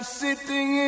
sitting